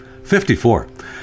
54